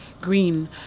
green